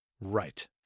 Right